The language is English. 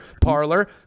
parlor